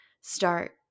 start